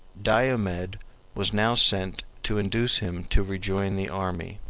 diomed was now sent to induce him to rejoin the army.